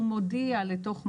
הוא מודיע לתוך מערכת,